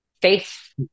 faith